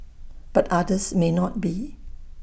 but others may not be